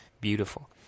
beautiful